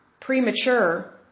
premature